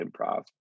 improv